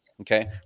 Okay